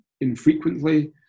infrequently